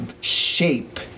shape